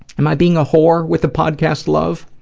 am i being a whore with the podcast love?